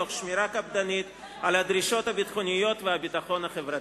תוך שמירה קפדנית על הדרישות הביטחוניות והביטחון החברתי.